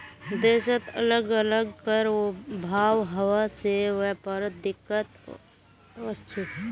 देशत अलग अलग कर भाव हवा से व्यापारत दिक्कत वस्छे